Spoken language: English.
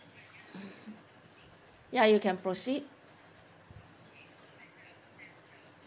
ya you can proceed